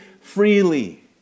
freely